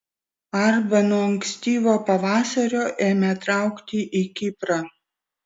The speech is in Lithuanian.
arba nuo ankstyvo pavasario ėmė traukti į kiprą